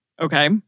Okay